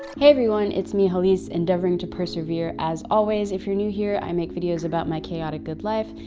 everyone, it's me hallease endeavoring to persevere as always, if you're new here, i make videos about my chaotic good life,